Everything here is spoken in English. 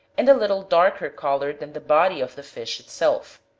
and a little darker colored than the body of the fish itself.